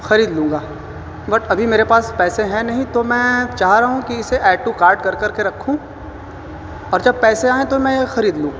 خرید لوں گا بٹ ابھی میرے پاس پیسے ہیں نہیں تو میں چاہ رہا ہوں کہ اسے ایڈ ٹو کارٹ کر کر کے رکھوں اور جب پیسے آئیں تو میں خرید لوں